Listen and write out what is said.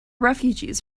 refugees